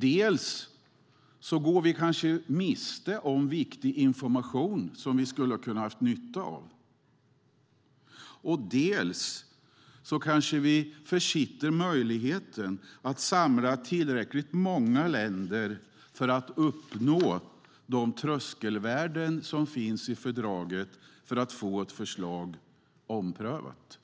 Dels går vi kanske miste om viktig information som vi hade kunnat ha nytta av, dels kanske vi försitter möjligheten att samla tillräckligt många länder för att uppnå de tröskelvärden som anges i fördraget för att få ett förslag omprövat.